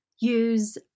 use